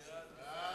רוני בר-און,